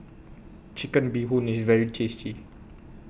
Chicken Bee Hoon IS very tasty